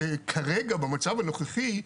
כרגע במצב הנוכחי,